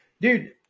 Dude